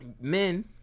men